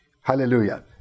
Hallelujah